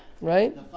right